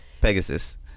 Pegasus